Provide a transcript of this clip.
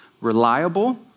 reliable